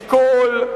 לשקול,